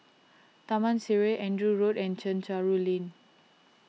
Taman Sireh Andrew Road and Chencharu Lane